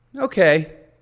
okay.